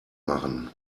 machen